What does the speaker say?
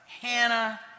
Hannah